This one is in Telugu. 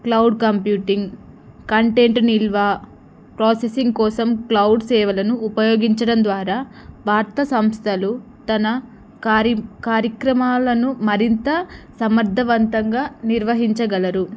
క్లౌడ్ కంప్యూటింగ్ కంటెంట్ నిల్వ ప్రాసెసింగ్ కోసం క్లౌడ్ సేవలను ఉపయోగించడం ద్వారా వార్త సంస్థలు తన కార్య కార్యక్రమాలను మరింత సమర్థవంతంగా నిర్వహించగలరు